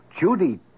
Judy